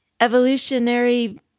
evolutionary